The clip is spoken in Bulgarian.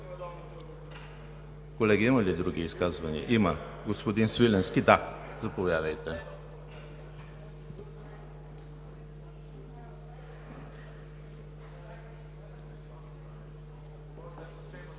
Колеги, има ли други изказвания? Господин Свиленски, заповядайте.